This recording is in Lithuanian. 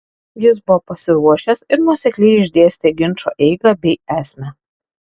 jis buvo pasiruošęs ir nuosekliai išdėstė ginčo eigą bei esmę